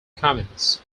comments